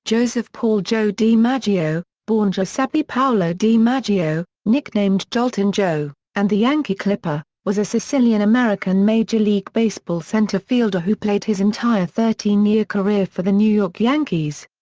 joseph paul joe dimaggio, born giuseppe paolo dimaggio, nicknamed joltin' joe and the yankee clipper, was a sicilian american major league baseball center fielder who played his entire thirteen year career for the new york yankees.